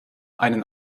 einen